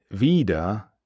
wieder